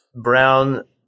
brown